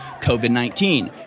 COVID-19